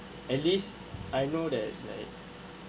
at least I know that right